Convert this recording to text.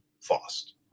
fast